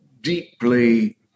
deeply